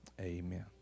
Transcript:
amen